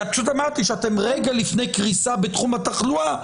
כי את פשוט אמרת לי שאתם רגע לפני קריסה בתחום התחלואה.